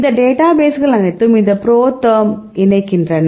இந்த டேட்டாபேஸ்கள் அனைத்தும் இந்த ProTherm இணைகின்றன